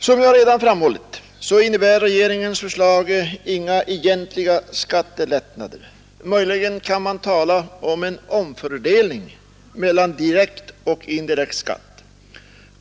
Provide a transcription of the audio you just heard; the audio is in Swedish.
Som jag redan framhållit innebär regeringens förslag inga egentliga skattelättnader. Möjligen kan man tala om en omfördelning mellan direkt och indirekt skatt.